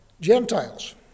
Gentiles